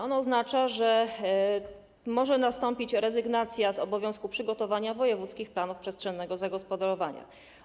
Oznacza, że może nastąpić rezygnacja z obowiązku przygotowania wojewódzkich planów przestrzennego zagospodarowania.